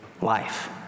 life